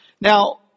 Now